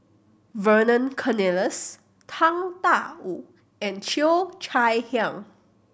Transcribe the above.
Vernon Cornelius Tang Da Wu and Cheo Chai Hiang